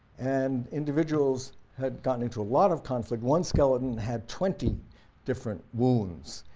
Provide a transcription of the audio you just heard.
and individuals had gotten into a lot of conflict one skeleton had twenty different wounds.